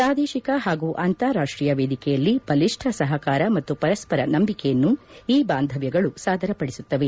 ಪ್ರಾದೇಶಿಕ ಹಾಗೂ ಅಂತಾರಾಷ್ಷೀಯ ವೇದಿಕೆಯಲ್ಲಿ ಬಲಿಷ್ಟ ಸಹಕಾರ ಮತ್ತು ವರಸ್ಪರ ನಂಬಿಕೆಯನ್ನು ಈ ಬಾಂಧವ್ದಗಳು ಸಾದರಪಡಿಸುತ್ತವೆ